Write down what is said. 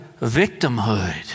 victimhood